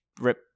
Rip